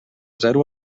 zero